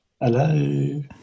Hello